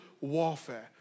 warfare